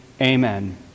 amen